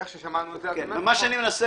שמענו את זה פה.